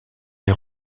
les